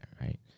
right